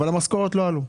אבל המשכורות לא עלו.